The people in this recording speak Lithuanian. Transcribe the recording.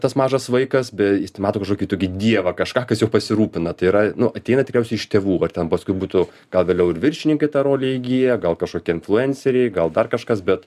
tas mažas vaikas bet jis mato kažkokį tokį dievą kažką kas juo pasirūpina tai yra nu ateina tikriausiai iš tėvų va ar ten paskui būtų gal vėliau ir viršininkai tą rolę įgyja gal kažkokie influenceriai gal dar kažkas bet